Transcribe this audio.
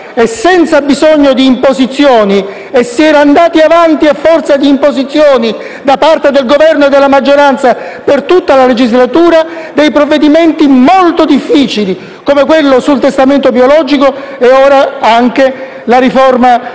e senza bisogno di imposizioni - si è andati avanti a forza di imposizioni da parte del Governo della maggioranza per tutta la legislatura - di provvedimenti molto difficili, come quello sul testamento biologico e ora anche la riforma